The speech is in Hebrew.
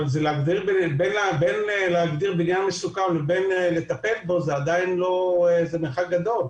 בין להגדיר בניין מסוכן ובין לטפל בו יש מרחק גדול.